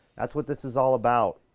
that's what this is all about.